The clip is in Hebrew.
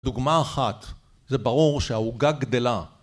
דוגמה אחת זה ברור שהעוגה גדלה